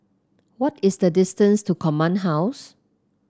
what is the distance to Command House